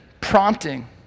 prompting